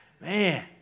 Man